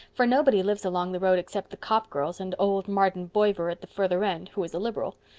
for nobody lives along the road except the copp girls and old martin bovyer at the further end, who is a liberal.